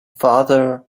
father